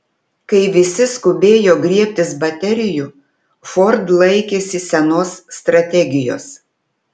kai visi skubėjo griebtis baterijų ford laikėsi senos strategijos